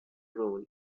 role